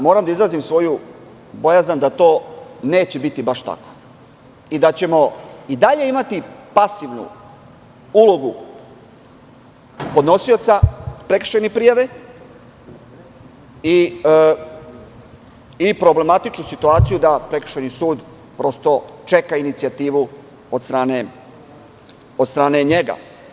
Moram da izrazim svoju bojazan da to neće biti baš tako i da ćemo i dalje imati pasivnu ulogu podnosioca prekršajne prijave i problematičnu situaciju da prekršajni sud čeka inicijativu od strane njega.